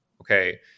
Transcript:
Okay